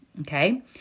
Okay